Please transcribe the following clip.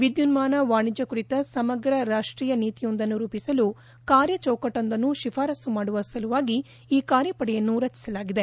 ವಿದ್ಯುನ್ಹಾನ ವಾಣಿಜ್ಯ ಕುರಿತ ಸಮಗ್ರ ರಾಷ್ಟೀಯ ನೀತಿಯೊಂದನ್ನು ರೂಪಿಸಲು ಕಾರ್ಯಚೌಕಟ್ಟೊಂದನ್ನು ಶಿಫಾರಸ್ಲು ಮಾಡುವ ಸಲುವಾಗಿ ಈ ಕಾರ್ಯಪಡೆಯನ್ನು ರಚಿಸಲಾಗಿದೆ